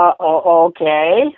okay